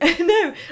No